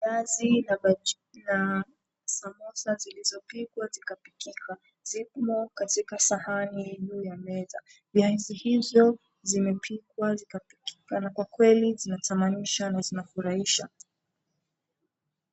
Viazi na bajia, samosa zilizopikwa zikapikika zimo katika sahani juu ya meza. Viazi hizo zimepikwa zikapikika na kwa kweli zinafurahisha na zinatamanisha.